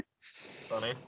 funny